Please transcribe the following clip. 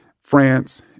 France